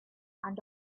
and